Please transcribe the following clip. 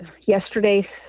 yesterday